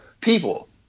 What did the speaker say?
People